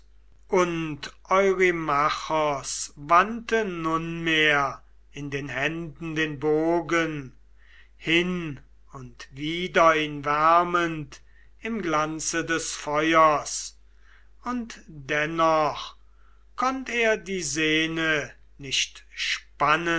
und eurymachos wandte nunmehr in den händen den bogen hin und wider ihn wärmend im glanze des feuers und dennoch konnt er die senne nicht spannen